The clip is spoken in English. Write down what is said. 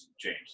James